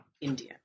India